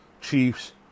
Chiefs